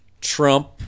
Trump